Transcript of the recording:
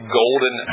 golden